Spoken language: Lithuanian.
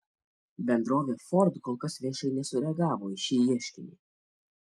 bendrovė ford kol kas viešai nesureagavo į šį ieškinį